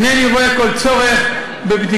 אינני רואה כל צורך בבדיקה.